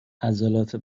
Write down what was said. عضلات